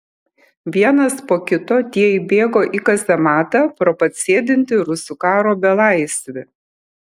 vienas po kito tie įbėgo į kazematą pro pat sėdintį rusų karo belaisvį